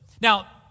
Now